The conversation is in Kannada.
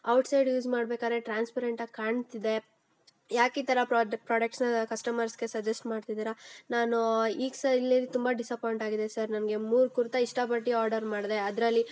ಔಟ್ಸೈಡ್ ಯೂಸ್ ಮಾಡ್ಬೇಕಾದ್ರೆ ಟ್ರಾನ್ಸ್ಪರೆಂಟ್ ಆಗಿ ಕಾಣ್ತಿದೆ ಯಾಕೆ ಈ ಥರ ಪ್ರಾಡ ಪ್ರಾಡಕ್ಟ್ಸನ್ನ ಕಸ್ಟಮರ್ಸ್ಗೆ ಸಜೆಸ್ಟ್ ಮಾಡ್ತಿದೀರಾ ನಾನೂ ಈಗ ಸ ಇಲ್ಲಿ ತುಂಬ ಡಿಸಪಾಯಿಂಟ್ ಆಗಿದೆ ಸರ್ ನನಗೆ ಮೂರು ಕುರ್ತಾ ಇಷ್ಟಪಟ್ಟು ಆರ್ಡರ್ ಮಾಡಿದೆ ಅದ್ರಲ್ಲಿ